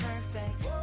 Perfect